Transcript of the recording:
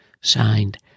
Signed